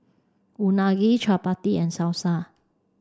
Unagi Chaat Papri and Salsa